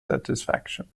satisfaction